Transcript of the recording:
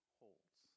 holds